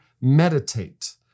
meditate